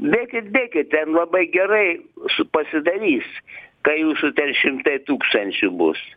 bėkit bėkit ten labai gerai su pasidarys kai jūsų ten šimtai tūkstančių bus